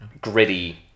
gritty